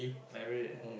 married